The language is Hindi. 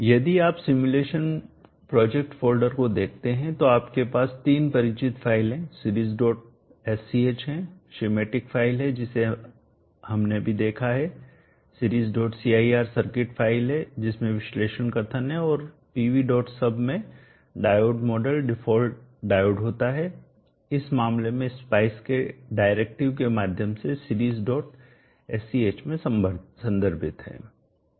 यदि आप सिमुलेशन प्रोजेक्ट फ़ोल्डर को देखते हैं तो आपके पास तीन परिचित फ़ाइलें Seriessch है सिमेटिक फ़ाइल है जिसे हमने अभी देखा है Seriescir सर्किट फ़ाइल है जिसमें विश्लेषण कथन होते हैं और pvsub में डायोड मॉडल डिफ़ॉल्ट डायोड होता है इस मामले में स्पाइस के डायरेक्टिव के माध्यम से seriessch में संदर्भित है